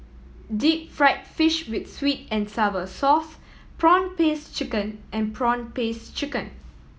deep fried fish with sweet and sour sauce prawn paste chicken and prawn paste chicken